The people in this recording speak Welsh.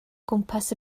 gwmpas